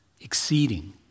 exceeding